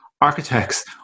architects